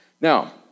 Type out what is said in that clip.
Now